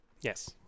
Yes